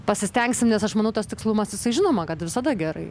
pasistengsim nes aš manau tas tikslumas jisai žinoma kad visada gerai